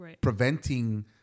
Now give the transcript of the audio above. preventing